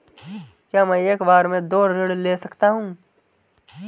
क्या मैं एक बार में दो ऋण ले सकता हूँ?